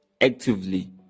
actively